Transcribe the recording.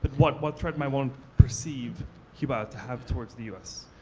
and what what threat might one perceive cuba to have towards the u s?